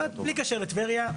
בלי קשר לטבריה.